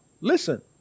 listen